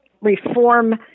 reform